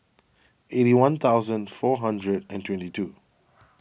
eighty one thousand four hundred and twenty two